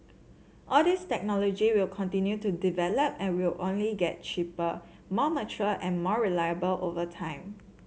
all these technology will continue to develop and will only get cheaper more mature and more reliable over time